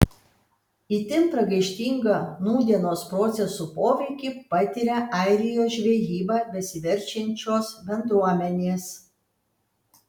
itin pragaištingą nūdienos procesų poveikį patiria airijos žvejyba besiverčiančios bendruomenės